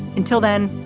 until then,